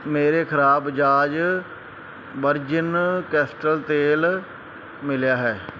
ਮੇਰੇ ਖ਼ਰਾਬ Bajaj virgin castor ਤੇਲ ਮਿਲਿਆ ਹੈ